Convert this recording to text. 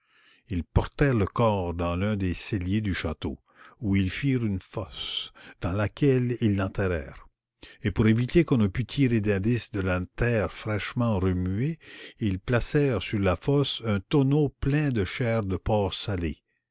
ils portèrent le corps dans l'un des celliers du château où ils firent une fosse dans laquelle ils l'enterrèrent et pour éviter qu'on ne put tirer d'indices de la terre fraîchement remuée ils placèrent sur la fosse un tonneau plein de chair de porc salée